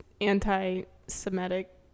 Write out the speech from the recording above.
anti-semitic